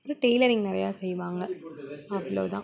அப்புறம் டைலரிங் நிறையா செய்வாங்க அவ்வளோதான்